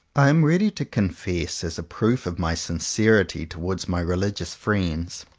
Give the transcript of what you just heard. i am ready to confess, as a proof of my sincerity towards my religious friends,